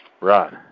Right